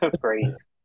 phrase